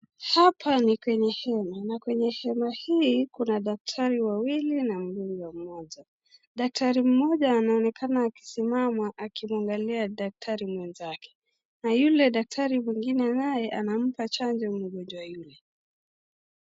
Hapa ni kwenye hema na kwenye hema hii kuna daktari wawili na mgonjwa mmoja. Daktari mmoja anaonekana akisimama akimwangalia daktari mwenzake na yule daktari mwingine naye anampa chanjo mgonjwa yule.